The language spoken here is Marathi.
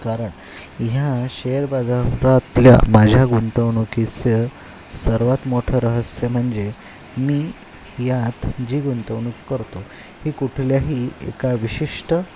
कारण ह्या शेअर बाजारातल्या माझ्या गुंतवणुकीचं सर्वात मोठं रहस्य म्हणजे मी यात जी गुंतवणूक करतो ही कुठल्याही एका विशिष्ट